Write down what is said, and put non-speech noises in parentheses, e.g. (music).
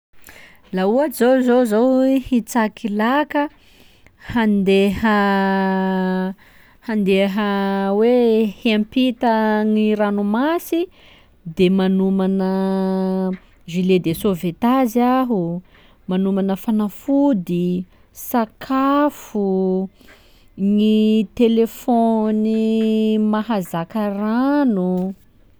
Laha ohatsy zaho zao zô hoe hitsaky laka handeha (hesitation) handeha hoe hiampita gny ranomasy de manomana gilet de sauvetage aho, manomana fanafody, sakafo, gny telefôny mahazaka rano.